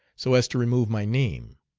so as to remove my name.